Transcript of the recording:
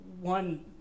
one